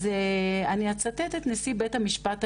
אז אני אצטט את נשיא בית המשפט העליון,